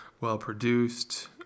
well-produced